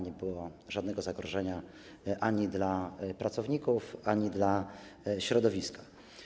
Nie było żadnego zagrożenia ani dla pracowników, ani dla środowiska.